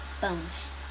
bones